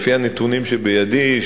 לפי הנתונים שבידי,